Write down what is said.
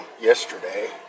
yesterday